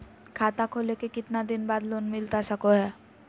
खाता खोले के कितना दिन बाद लोन मिलता सको है?